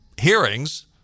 hearings